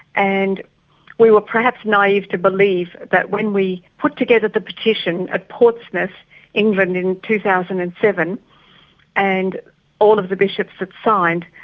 and we were perhaps naive to believe that when we put together the petition at portsmouth england in two thousand and seven and all of the bishops had signed,